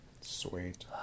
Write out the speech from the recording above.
Sweet